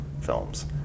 films